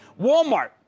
Walmart